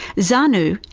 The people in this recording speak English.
zanu,